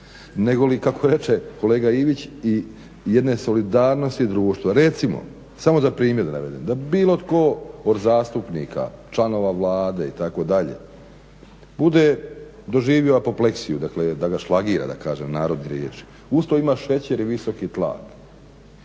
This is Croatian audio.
negoli kako reče kolega Ivić, i jedne solidarnosti društva. Recimo, samo za primjer navedem, da bilo tko od zastupnika, članova Vlade itd. bude doživio apopleksiju, dakle da ga šlagira da kažem narodne riječi, usto ima šećer i visoki tlak